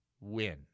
win